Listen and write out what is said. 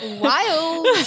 wild